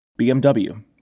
BMW